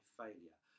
failure